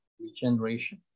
regeneration